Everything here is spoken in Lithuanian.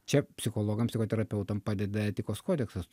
čia psichologam psichoterapeutam padeda etikos kodeksas